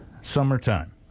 summertime